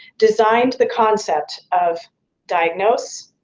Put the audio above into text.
designed the concept of diagnose,